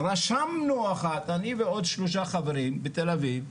רשמנו אחת, אני ועוד שלושה חברים, בתל אביב.